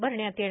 भरण्यात येणार